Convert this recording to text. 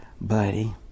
Buddy